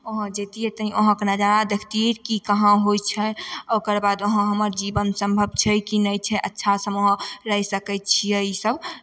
वहाँ जैतियै तनी वहाँके नजारा देखतियै की कहाँ होइ छै ओकर बाद वहाँ हमर जीवन सम्भव छै कि नहि छै अच्छासँ हम वहाँ रहि सकै छियै ईसभ